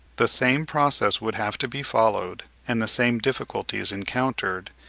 the same process would have to be followed, and the same difficulties encountered,